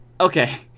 Okay